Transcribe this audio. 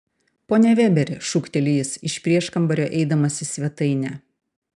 pone vėberi šūkteli jis iš prieškambario eidamas į svetainę